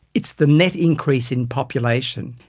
it's the net increase in population,